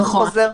כן.